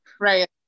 Right